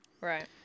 Right